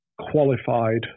qualified